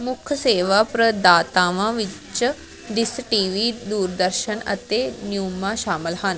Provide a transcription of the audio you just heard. ਮੁੱਖ ਸੇਵਾ ਪ੍ਰਦਾਤਾਵਾਂ ਵਿੱਚ ਡਿਸ਼ ਟੀ ਵੀ ਦੂਰਦਰਸ਼ਨ ਅਤੇ ਨਯੂਮਾ ਸ਼ਾਮਲ ਹਨ